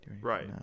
right